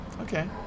Okay